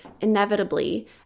inevitably